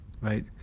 right